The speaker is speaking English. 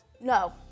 No